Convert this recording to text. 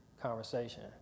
conversation